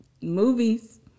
movies